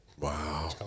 Wow